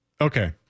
okay